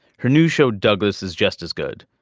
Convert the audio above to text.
her new show douglas is just as good.